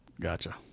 gotcha